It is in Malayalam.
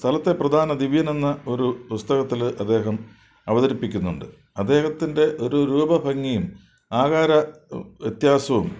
സ്ഥലത്തെ പ്രധാന ദിവ്യനെന്ന ഒരു പുസ്തകത്തിൽ അദ്ദേഹം അവതരിപ്പിക്കുന്നുണ്ട് അദ്ദേഹത്തിൻ്റെ ഒരു രൂപ ഭംഗിയും ആകാര വ്യത്യാസവും